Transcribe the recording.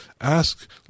ask